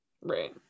right